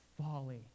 folly